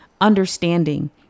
understanding